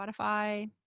Spotify